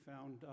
found